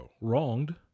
wronged